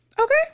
Okay